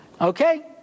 Okay